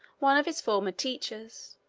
one of his former teachers,